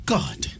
God